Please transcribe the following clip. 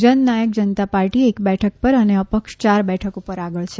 જન નાયક જનતા પાર્ટી એક બેઠક પર અને અપક્ષ યાર બેઠકો પર આગળ છે